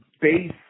base